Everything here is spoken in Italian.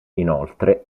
inoltre